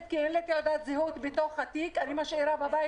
כי אין לי תעודת זהות בתוך התיק אני משאירה בבית,